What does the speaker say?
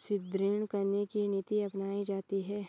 सुदृढ़ करने की नीति अपनाई जाती है